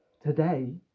today